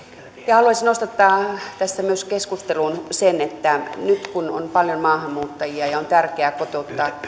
haluaisin nostattaa tässä myös keskusteluun sen että nyt kun on paljon maahanmuuttajia ja on tärkeää kotouttaa